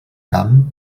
camp